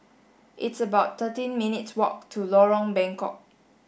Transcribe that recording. it's about thirteen minutes' walk to Lorong Bengkok